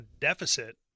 deficit